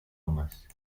homes